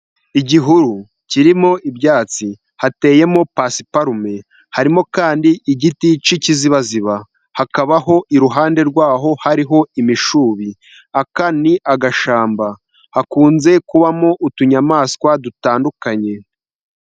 Igihuru kirimo ibyatsi, hateyemo pasiparume, harimo kandi igiti cy'ikizibaziba, hakabaho iruhande rwaho hariho imishubi. Aka ni agashyamba gakunze kubamo utunyamaswa dutandukanye.